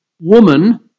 woman